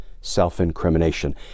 self-incrimination